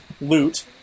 Loot